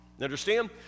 Understand